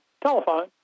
telephone